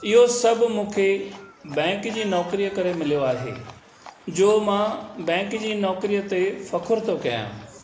इहो सभु मूंखे बैंक जी नौकरीअ करे मिलियो आहे जो मां बैंक जी नौकरीअ ते फ़ख़ुरु थो कयां